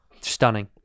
stunning